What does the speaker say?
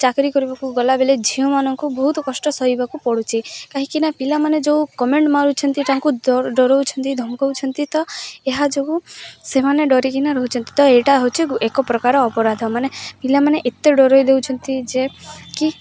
ଚାକିରି କରିବାକୁ ଗଲାବେଳେ ଝିଅମାନଙ୍କୁ ବହୁତ କଷ୍ଟ ସହିବାକୁ ପଡ଼ୁଛି କାହିଁକି ନା ପିଲାମାନେ ଯେଉଁ କମେଣ୍ଟ ମାରୁଛନ୍ତି ତାଙ୍କୁ ଡରଉଛନ୍ତି ଧମାକାଉଛନ୍ତି ତ ଏହା ଯୋଗୁଁ ସେମାନେ ଡରିକିନା ରହୁଛନ୍ତି ତ ଏଇଟା ହେଉଛି ଏକ ପ୍ରକାର ଅପରାଧ ମାନେ ପିଲାମାନେ ଏତେ ଡରେଇ ଦେଉଛନ୍ତି ଯେ କି